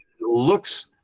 looks